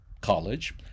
college